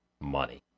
money